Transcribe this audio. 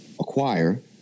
acquire